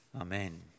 Amen